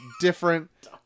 different